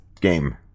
game